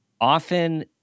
often